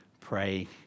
pray